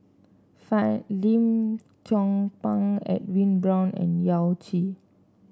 Fan Lim Chong Pang Edwin Brown and Yao Zi